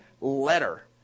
letter